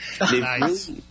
Nice